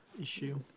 issue